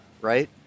Right